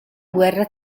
guerra